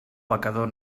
pecador